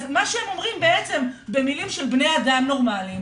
אז מה שהוא אומר בעצם במילים של בני אדם נורמליים,